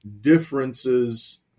differences